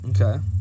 okay